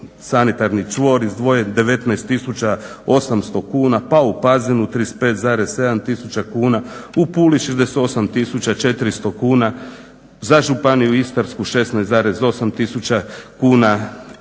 sanitarni čvor izdvojen 19 800 kuna pa u Pazinu 35,7 tisuća kuna u Puli 68 400 kuna. Za županiju Istarsku 16,8 tisuća